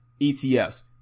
ETFs